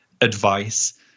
advice